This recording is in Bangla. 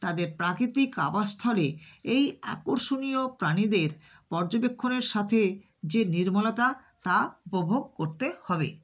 তাদের প্রাকৃতিক আবাসস্থলে এই আকর্ষণীয় প্রাণীদের পর্যবেক্ষণের সাথে যে নির্মলতা তা উপভোগ করতে হবে